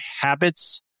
habits